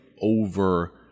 over